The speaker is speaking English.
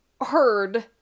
heard